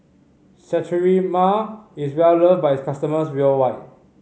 Sterimar is loved by its customers worldwide